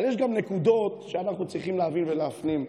אבל יש גם נקודות שאנחנו צריכים להבין ולהפנים.